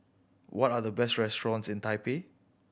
what are the best restaurants in Taipei